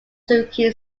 suzuki